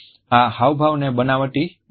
આ હાવભાવ ને બનાવટી બનાવવી ખૂબ મુશ્કેલ છે